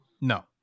No